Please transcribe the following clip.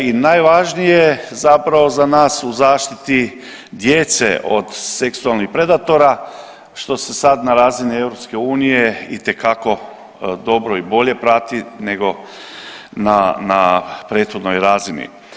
I najvažnije je zapravo za nas u zaštiti djece od seksualnih predatora što se sad na razini EU itekako dobro i bolje prati nego na, na prethodnoj razini.